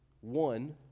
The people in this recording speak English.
one